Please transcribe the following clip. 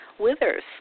withers